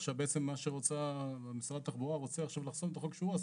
ועכשיו בעצם מה שרוצה משרד התחבורה רוצה עכשיו לחסום את החוק שהוא עשה.